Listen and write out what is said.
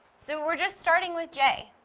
so we're just starting with j.